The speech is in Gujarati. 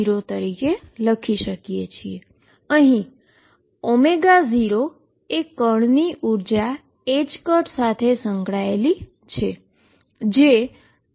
0 એ પાર્ટીકલની એનર્જી ℏ સાથે સંકળાયેલી છે